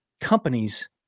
companies